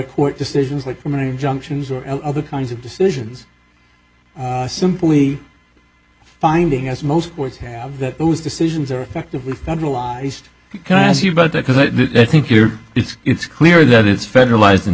court decisions like for many junctions or other kinds of decisions simply finding as most courts have that those decisions are actively federalized can i ask you about that because i think you're it's it's clear that it's federalized in